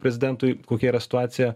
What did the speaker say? prezidentui kokia yra situacija